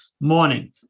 morning